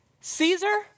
Caesar